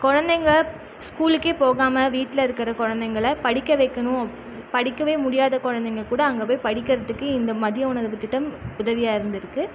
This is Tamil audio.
குழந்தைங்க ஸ்கூலுக்கு போகாமல் வீட்டில் இருக்கிற குழந்தைங்கள படிக்க வைக்கணும் படிக்கவே முடியாத குழந்தைங்க கூட அங்கே போய் படிக்கிறதுக்கு இந்த மதிய உணவு திட்டம் உதவியாக இருந்திருக்கு